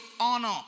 honor